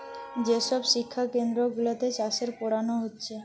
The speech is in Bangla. যে সব শিক্ষা কেন্দ্র গুলাতে চাষের পোড়ানা হচ্ছে